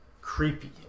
creepy